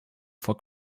for